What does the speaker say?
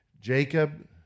Jacob